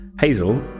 hazel